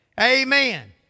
amen